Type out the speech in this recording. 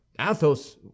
athos